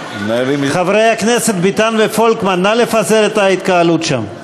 חברי הכנסת ביטן ופולקמן, נא לפזר את ההתקהלות שם.